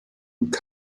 und